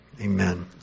amen